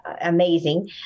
amazing